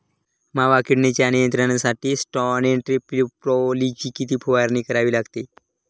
मावा किडीच्या नियंत्रणासाठी स्यान्ट्रेनिलीप्रोलची किती फवारणी करावी लागेल?